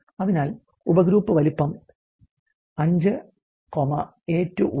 അതിനാൽ ഉപഗ്രൂപ്പ് വലുപ്പം 5 എ 2 1 ആണ്